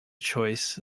choice